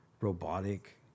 robotic